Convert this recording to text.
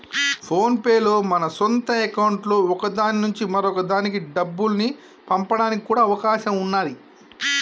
phone pay లో మన సొంత అకౌంట్లలో ఒక దాని నుంచి మరొక దానికి డబ్బుల్ని పంపడానికి కూడా అవకాశం ఉన్నాది